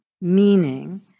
Meaning